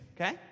Okay